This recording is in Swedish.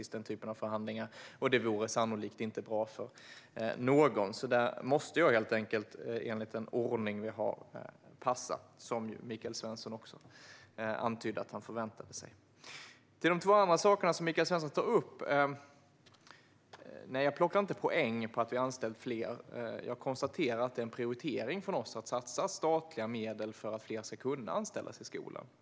Det vore sannolikt inte bra för någon. Jag måste helt enkelt, enligt den ordning vi har, passa på den frågan. Michael Svensson antydde också att han förväntade sig det. När det gäller de två andra sakerna Michael Svensson tar upp vill jag svara att jag inte vill plocka poäng på att vi har anställt fler. Det är en prioritering vi gör när vi satsar statliga medel för att fler ska kunna anställas i skolan.